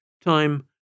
Time